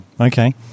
Okay